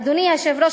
אדוני היושב-ראש,